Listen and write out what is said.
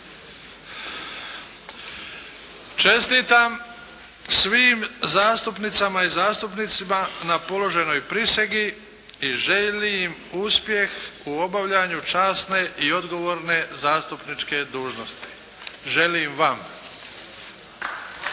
Čestitam svim zastupnicama i zastupnicima na položenoj prisegi i želim im uspjeh u obavljanju časne i odgovorne zastupničke dužnosti. Želim vam.